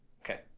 Okay